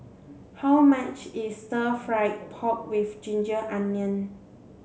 how much is stir fried pork with ginger onions